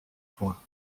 points